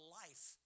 life